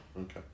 Okay